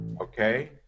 okay